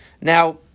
now